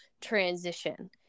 transition